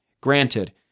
granted